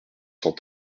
cent